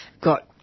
Got